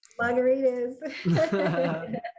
margaritas